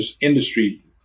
industry